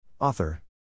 Author